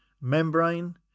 membrane